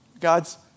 God's